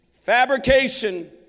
fabrication